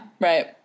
Right